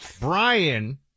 Brian